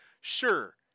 sure